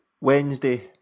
Wednesday